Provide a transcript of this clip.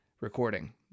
recording